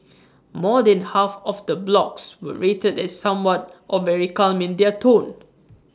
more than half of the blogs were rated as somewhat or very calm in their tone